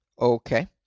okay